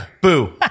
Boo